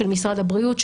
של משרד הבריאות,